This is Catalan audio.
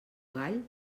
gall